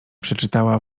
przeczytała